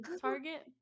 Target